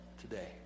today